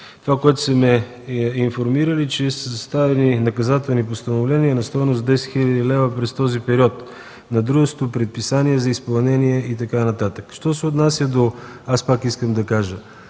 Това, което са ме информирали, е, че са съставени наказателни постановления на стойност 10 хил. лв. през този период на дружеството, предписания за изпълнение и така нататък. Аз пак искам да кажа,